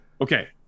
Okay